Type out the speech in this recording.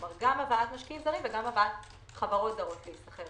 כלומר גם הבאת משקיעים זרים וגם הבאת חברות זרות להיסחר כאן.